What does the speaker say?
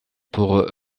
pour